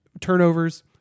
turnovers